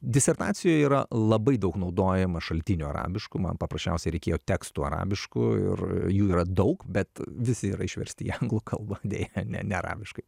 disertacijoje yra labai daug naudojama šaltinių arabiškų man paprasčiausiai reikėjo tekstų arabiškų ir jų yra daug bet visi yra išversti į anglų kalbą deja ne ne arabiškai